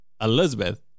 Elizabeth